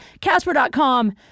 casper.com